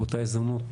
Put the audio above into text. באותה הזדמנות